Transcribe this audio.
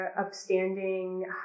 upstanding